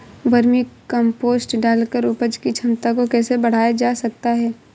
Vermi compost डालकर उपज की क्षमता को कैसे बढ़ाया जा सकता है?